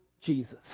Jesus